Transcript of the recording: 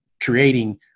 creating